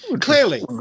Clearly